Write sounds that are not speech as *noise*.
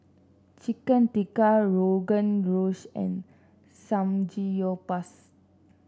Chicken Tikka Rogan *unintelligible* and Samgeyopsal